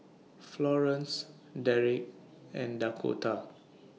Florence Derek and Dakotah